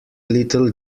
little